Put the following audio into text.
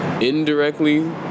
indirectly